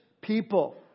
people